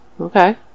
okay